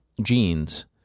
genes